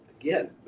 again